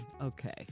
Okay